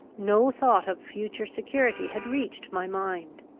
no thought of future security had reached my mind.